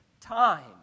time